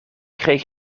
kreeg